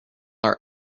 are